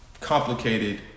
complicated